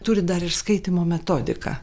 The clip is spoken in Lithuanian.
turi dar ir skaitymo metodiką